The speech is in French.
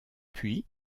puis